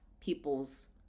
people's